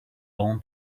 own